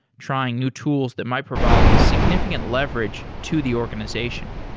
trying new tools that might provide significant leverage to the organization,